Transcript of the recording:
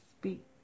speak